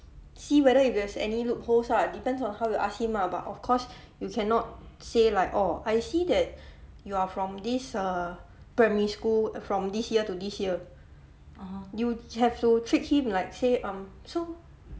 see whether if there's any loopholes ah depends on how you ask him ah but of course you cannot say like orh I see that you are from this err primary school from this year to this year you have to trick him like say um so